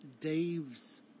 Dave's